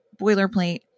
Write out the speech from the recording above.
boilerplate